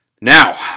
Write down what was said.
Now